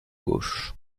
gauche